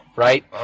Right